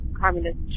Communist